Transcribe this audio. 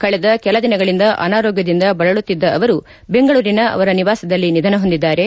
ಕಳೆದ ಕೆಲದಿನಗಳಿಂದ ಅನಾರೋಗ್ದದಿಂದ ಬಳಲುತ್ತಿದ್ದ ಅವರು ಬೆಂಗಳೂರಿನ ಅವರ ನಿವಾಸದಲ್ಲಿ ನಿಧನ ಹೊಂದಿದ್ದಾರೆ